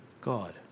God